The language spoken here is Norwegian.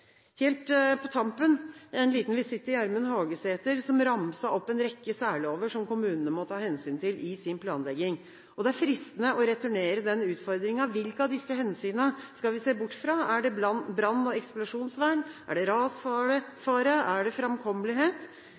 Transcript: Helt på tampen en liten visitt til Gjermund Hagesæter, som ramset opp en rekke særlover som kommunene må ta hensyn til i sin planlegging. Det er fristende å returnere den utfordringen: Hvilke av disse hensynene skal vi se bort fra? Er det brann- og eksplosjonsvern? Er det rasfare? Er det framkommelighet?